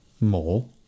more